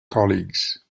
colleagues